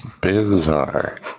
Bizarre